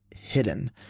hidden